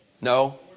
No